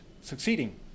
succeeding